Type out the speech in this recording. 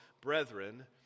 brethren